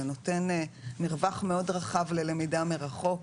זה נותן מרווח מאוד רחב ללמידה מרחוק,